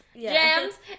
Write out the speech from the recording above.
Jams